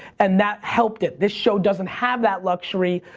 and that helped it. this show doesn't have that luxury,